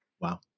Wow